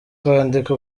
kwandika